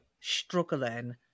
struggling